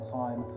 time